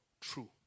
true